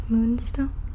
Moonstone